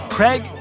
Craig